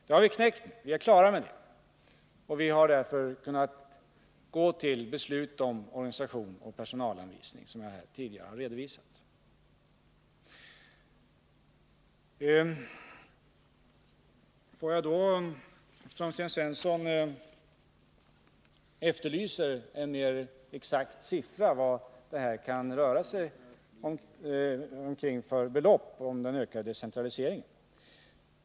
Nu har vi knäckt det, nu är vi klara, och vi har därför kunnat gå till beslut om organisation och personalanvisning, som jag här tidigare har redovisat. Sten Svensson efterlyser en mera exakt siffra för vad det här kan röra sig omkring för belopp när det gäller den ökade decentraliseringen.